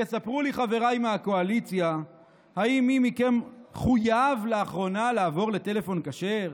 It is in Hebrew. יספרו לי חבריי מהקואליציה: האם מי מכם חויב לאחרונה לעבור לטלפון כשר?